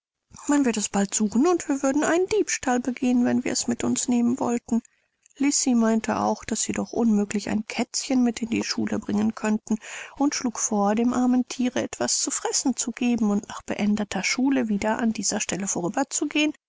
man wird es bald suchen und wir würden einen diebstahl begehen wenn wir es mit uns nehmen wollten lisi meinte auch daß sie doch unmöglich ein kätzchen mit in die schule bringen könnten und schlug vor dem armen thiere etwas zu fressen zu geben und nach beendeter schule wieder an dieser stelle vorüber